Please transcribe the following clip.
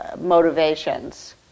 motivations